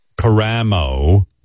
Caramo